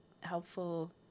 helpful